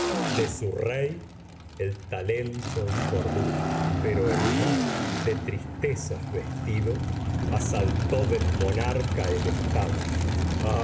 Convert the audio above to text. de su rey el talento y cordura pero el mal de tristezas vestido asaltó del monarca el estado